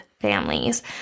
families